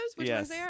Yes